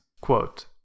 Quote